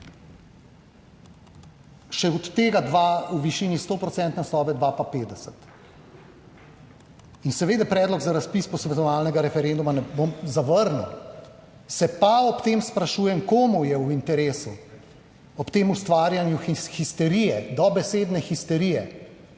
še od tega dva v višini sto procentne sobe 2 pa 50. In seveda, predlog za razpis posvetovalnega referenduma ne bom zavrnil, se pa ob tem sprašujem, komu je v interesu ob tem ustvarjanju histerije,